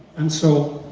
and so,